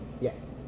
Yes